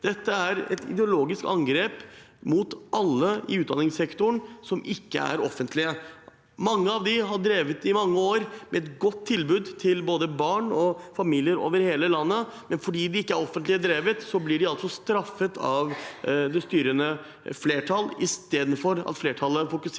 Dette er et ideologisk angrep mot alle i utdanningssektoren som ikke er offentlige. Mange av dem har drevet i flere år med et godt tilbud til både barn og familier over hele landet, men fordi de ikke er offentlig drevet, blir de altså straffet av det styrende flertall, istedenfor at flertallet fokuserer på